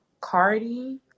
Cardi